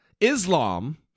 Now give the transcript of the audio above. Islam